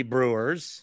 Brewers